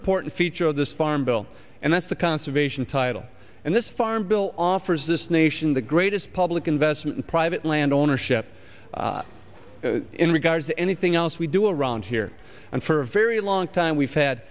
important feature of this farm bill and that's the conservation title and this farm bill offers this nation the greatest public investment in private land ownership in regard to anything else we do around here and for a very long time we've had